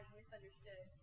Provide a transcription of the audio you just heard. misunderstood